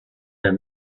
der